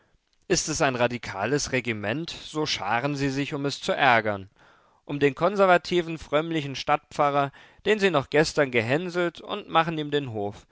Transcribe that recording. ist es ein radikales regiment so scharen sie sich um es zu ärgern um den konservativen frömmlichen stadtpfarrer den sie noch gestern gehänselt und machen ihm den hof